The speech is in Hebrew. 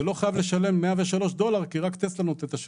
ולא חייב לשלם 103 דולר כי רק טסלה נותנת את השירות.